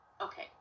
okay